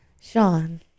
Sean